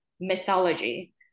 mythology